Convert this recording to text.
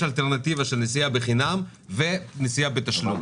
אלטרנטיבה של נסיעה בחינם ונסיעה בתשלום.